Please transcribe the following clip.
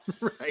right